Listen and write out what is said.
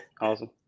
Awesome